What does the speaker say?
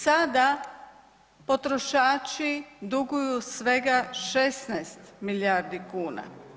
Sada potrošači duguju svega 16 milijardi kuna.